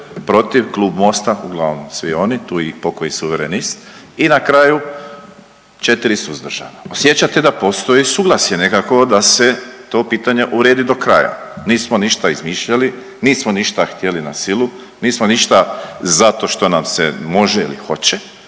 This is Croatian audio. protiv klub Mosta uglavnom svi oni tu i pokoji suverenist i na kraju 4 suzdržana, osjećate da postoji suglasje nekako da se to pitanje uredi do kraja. Nismo ništa izmišljali, nismo ništa htjeli na silu, nismo ništa zato što nam se može ili hoće